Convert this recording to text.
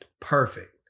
perfect